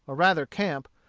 or rather camp,